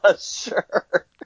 Sure